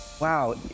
Wow